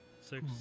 Six